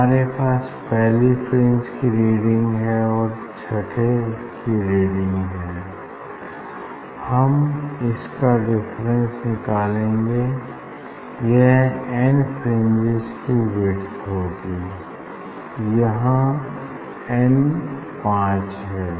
हमारे पास पहली फ्रिंज की रीडिंग है और छठे की रीडिंग है हम इनका डिफरेंस निकालेंगे यह एन फ्रिंजेस की विड्थ होगी यहाँ एन पांच है